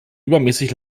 übermäßig